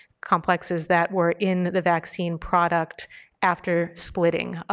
complexes that were in the vaccine product after splitting.